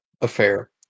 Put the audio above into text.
affair